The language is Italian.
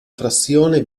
frazione